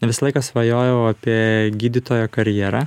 visą laiką svajojau apie gydytojo karjerą